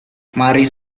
mari